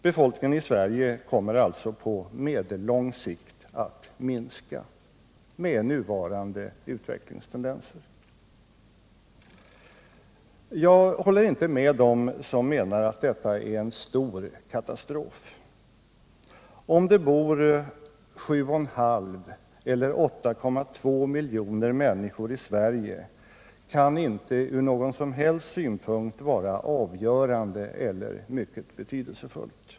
Med nuvarande utvecklingstendenser kommer alltså befolkningen i Sverige att minska på medellång sikt. Jag håller inte med dem som menar att detta är en stor katastrof. Om det bor 7,5 eller 8,2 miljoner människor i Sverige kan inte från någon som helst synpunkt vara avgörande eller mycket betydelsefullt.